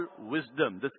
wisdom